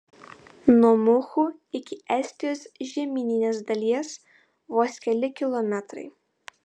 nuo muhu iki estijos žemyninės dalies vos keli kilometrai